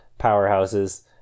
powerhouses